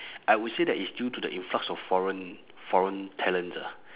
I would say that it's due to the influx of foreign foreign talents ah